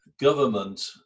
government